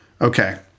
Okay